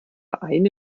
eine